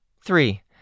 Three